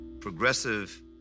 progressive